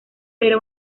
era